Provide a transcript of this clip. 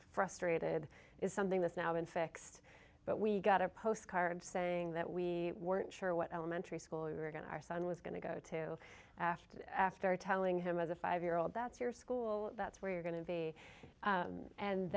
frustrated is something that's now been fixed but we got a postcard saying that we weren't sure what elementary school we were going to our son was going to go to after after telling him as a five year old that's your school that's where you're going to be